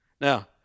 Now